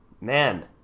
man